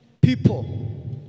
people